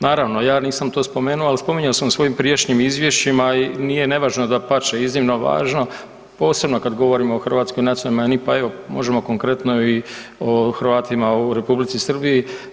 Naravno, ja nisam to spomenuo ali spominjao sam u svojim prijašnjim izvješćima i nije nevažno, dapače, iznimno važno posebno kad govorimo o hrvatskoj nacionalnoj manjini, pa evo možemo konkretno i o Hrvatima u Republici Srbiji.